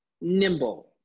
nimble